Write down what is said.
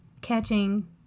catching